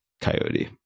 coyote